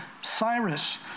Cyrus